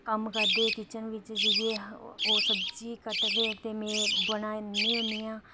कम्म करदे किचन बिच्च जाइयै ओह् सब्जी कटदे ते में बनान्नी हुन्नी आं